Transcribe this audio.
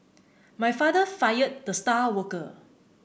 my father fired the star worker